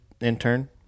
intern